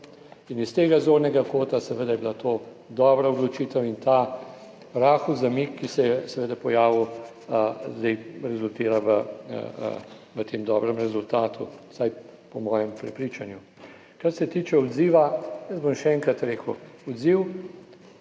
S tega zornega kota je bila to dobra odločitev in ta rahli zamik, ki se je pojavil, zdaj rezultira v tem dobrem rezultatu, vsaj po mojem prepričanju. Kar se tiče odziva. Še enkrat bom rekel, odziv